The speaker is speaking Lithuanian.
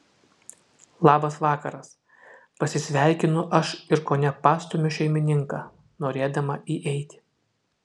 labas vakaras pasisveikinu aš ir kone pastumiu šeimininką norėdama įeiti